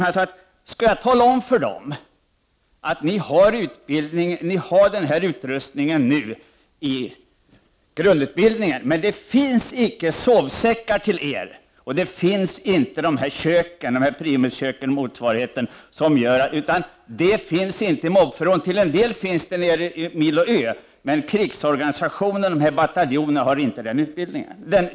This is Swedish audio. Men regementschefen menade att det skulle vara svårt att tala om för pojkarna att de har utrustningen för närvarande i grundutbildningen men att det inte finns sovsäckar, inte Primuskök eller motsvarigheten i mobiliseringsförråden. Delvis finns det materiel i Milo Ö. Men krigsorganisationen och de här bataljonerna har inte den utrustningen.